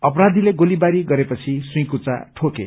अपराथीले गोलीबारी गरेपछि सुइकुच्चा ठोके